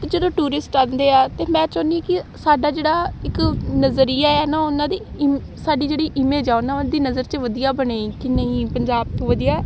ਜਦੋਂ ਟੂਰਿਸਟ ਆਉਂਦੇ ਆ ਤਾਂ ਮੈਂ ਚਾਹੁੰਦੀ ਕਿ ਸਾਡਾ ਜਿਹੜਾ ਇੱਕ ਨਜ਼ਰੀਆ ਹੈ ਨਾ ਉਹਨਾਂ ਦੀ ਸਾਡੀ ਜਿਹੜੀ ਇਮੇਜ ਆ ਉਹਨਾਂ ਦੀ ਨਜ਼ਰ 'ਚ ਵਧੀਆ ਬਣੇ ਕਿ ਨਹੀਂ ਪੰਜਾਬ ਤੋਂ ਵਧੀਆ